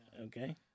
Okay